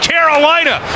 Carolina